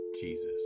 Jesus